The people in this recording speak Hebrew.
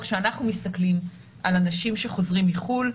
כשאנחנו מסתכלים על אנשים שחוזרים מחו"ל.